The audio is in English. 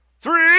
three